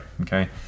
okay